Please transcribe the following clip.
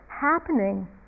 happening